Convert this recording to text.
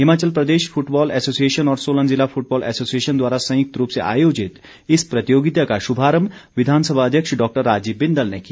Himachal Pradesh football association और सोलन जिला football association द्वारा संयुक्त रूप से आयोजित इस प्रतियोगिता का शुभारम्भ विधानसभा अध्यक्ष डॉक्टर राजीव बिंदल ने किया